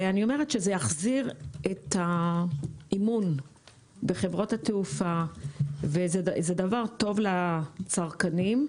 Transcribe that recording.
אני אומרת שזה יחזיר את האמון בחברות התעופה וזה דבר טוב לצרכנים.